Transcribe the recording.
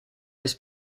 his